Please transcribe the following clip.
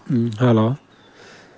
ꯎꯝ hello